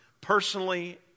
personally